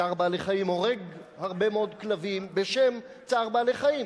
"צער בעלי-חיים" הורגת הרבה מאוד כלבים בשם צער בעלי-חיים,